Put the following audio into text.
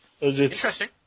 Interesting